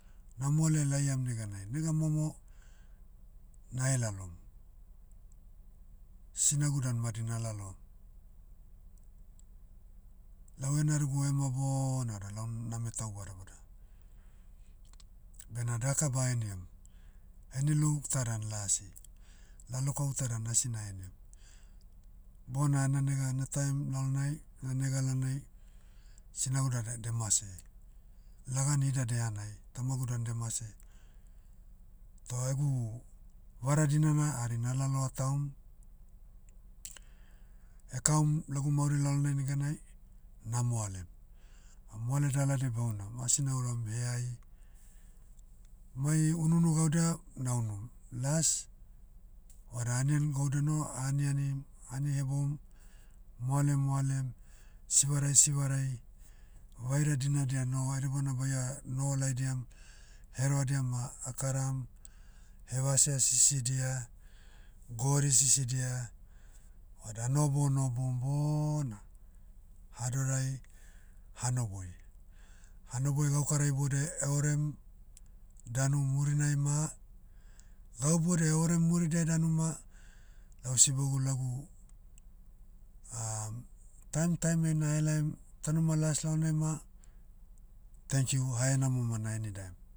Na moale laiam neganai nega momo, na helalom. Sinagu dan madi nalaloam. Lau enarigu ema bona da lau name tau badabada. Bena daka baheniam, heni lou ta dan lasi. Lalokau ta dan asi nahenim. Bona na nega na taim lalonai, na nega lalnai, sinagu da- da demase. Lagan hida dehanai, tamagu dan demase, toh egu, vara dinana hari na laloa taom. Ekaum lagu mauri lalonai neganai, na moalem. Ah moale daladia behouna, ma asi nauram heai. Mai ununu gaudia, na unum. Las, vada anian gauda noho, anianim, ani heboum, moale moalem, sivarai sivarai, vaira dinadia noho edebana baia, noho laidiam, herevadia ma akaram, hevasea sisidia, gori sisidia, vada anohobou nohoboum bona, hadorai, hanoboi. Hanoboi gaukara iboudiai eorem, danu murinai ma, gau boudiai eorem muridiai danu ma, lau sibogu lagu, taim taim'iai nahelaim, taunima las lalonai ma, thankyou hahenamo ma naheni daem.